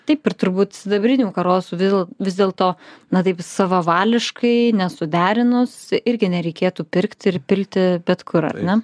taip ir turbūt sidabrinių karosų vėl vis dėl to na taip savavališkai nesuderinus irgi nereikėtų pirkti ir pilti bet kur ar ne